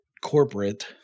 Corporate